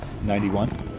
91